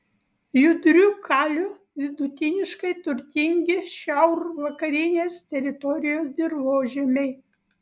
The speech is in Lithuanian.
judriu kaliu vidutiniškai turtingi šiaurvakarinės teritorijos dirvožemiai